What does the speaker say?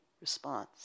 response